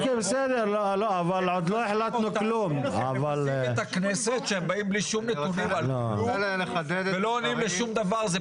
הם מבזים את הכנסת כשהם באים בלי שום נתונים ולא עונים לשום דבר.